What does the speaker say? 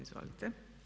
Izvolite.